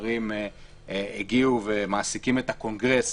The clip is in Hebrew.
הדברים מעסיקים את הקונגרס